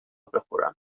بخورم